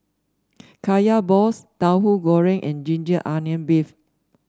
Kaya Balls Tauhu Goreng and ginger onion beef